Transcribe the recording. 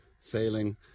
sailing